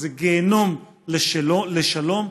אני חושב שהן חושבות שזה יתרום לשלום,